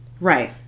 Right